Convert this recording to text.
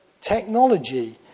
technology